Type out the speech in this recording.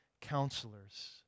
counselors